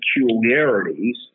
peculiarities